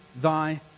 thy